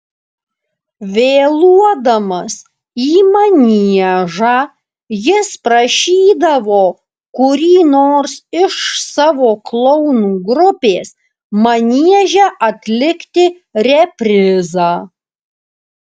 vėluodamas į maniežą jis prašydavo kurį nors iš savo klounų grupės manieže atlikti reprizą